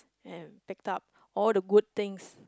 and pack up all the good things